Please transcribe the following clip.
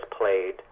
played